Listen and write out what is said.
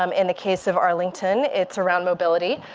um in the case of arlington, it's around mobility.